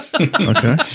Okay